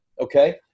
okay